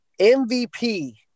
MVP